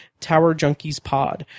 towerjunkiespod